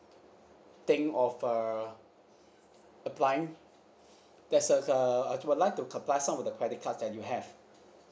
think of uh applying there's like a I would like to apply some of the credit cards that you have